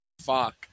Fuck